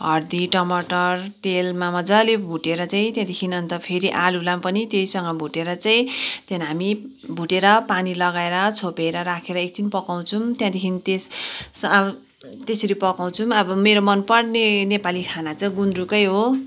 हर्दी टमाटर तेलमा मजाले भुटेर चाहिँ त्यहाँदेखि अन्त फेरि आलुलाई पनि त्यहीसँग भुटेर चाहिँ त्यहाँदेखि हामी भुटेर पानी लगाएर छोपेर राखेर एकछिन पकाउँछौँ त्यहाँदेखि त्यस अब त्यसरी पकाउँछौँ अब मेरो मनपर्ने नेपाली खाना चाहिँ गुन्द्रुकै हो